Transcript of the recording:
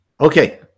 okay